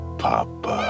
Papa